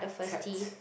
ted